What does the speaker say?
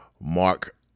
Mark